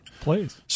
Please